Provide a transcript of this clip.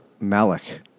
Malik